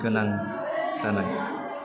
गोनां जानाय